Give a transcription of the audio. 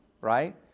Right